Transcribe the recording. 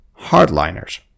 hardliners